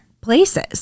places